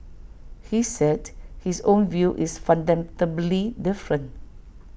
he said his own view is fundamentally different